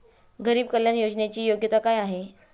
गरीब कल्याण योजनेची योग्यता काय आहे?